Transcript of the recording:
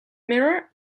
mirror